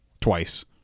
twice